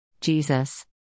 Jesus